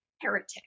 heretic